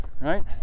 Right